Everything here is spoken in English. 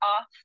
off